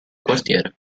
quartiere